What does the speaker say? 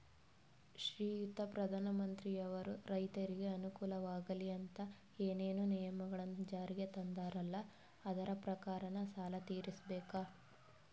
ಶ್ರೀಯುತ ಪ್ರಧಾನಮಂತ್ರಿಯವರು ರೈತರಿಗೆ ಅನುಕೂಲವಾಗಲಿ ಅಂತ ಏನೇನು ನಿಯಮಗಳನ್ನು ಜಾರಿಗೆ ತಂದಾರಲ್ಲ ಅದರ ಪ್ರಕಾರನ ಸಾಲ ತೀರಿಸಬೇಕಾ?